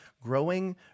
Growing